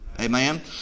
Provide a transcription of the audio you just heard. Amen